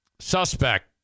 Suspect